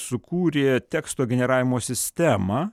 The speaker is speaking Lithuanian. sukūrė teksto generavimo sistemą